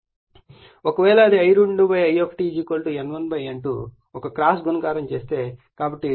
ఒకవేళ ఇది I2 I1 N1 N2 ఒక క్రాస్ గుణకారం చేస్తే కాబట్టి I2 N2 I1 N1